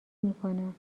میکنم